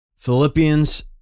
Philippians